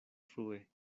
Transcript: frue